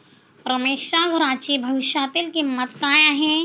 रमेशच्या घराची भविष्यातील किंमत काय आहे?